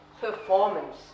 performance